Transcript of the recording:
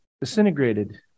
disintegrated